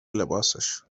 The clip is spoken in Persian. لباسش